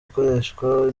akoreshwa